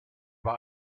war